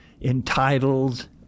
entitled